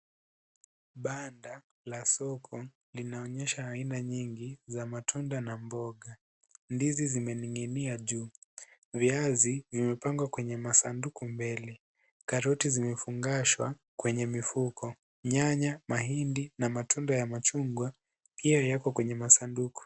Banda la soko linaonyesha aina nyingi za matunda na mboga, ndizi zimening'inia juu, viazi vimepangwa kwenye masanduku mbele, karoti zimefungashwa kwenye mifuko, nyanya, mahindi na matunda ya machungwa pia yako kwenye masanduku.